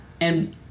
And-